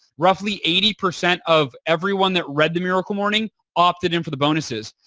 roughly eighty percent of everyone that read the miracle morning opted in for the bonuses.